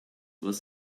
was